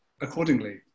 accordingly